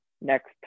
Next